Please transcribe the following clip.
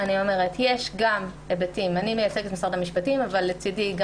אני מייצגת את משרד המשפטים אבל לצדי יש